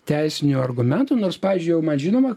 teisinių argumentų nors pavyzdžiui jau man žinoma